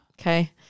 Okay